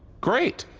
great.